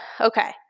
Okay